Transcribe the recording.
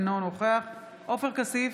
אינו נוכח עופר כסיף,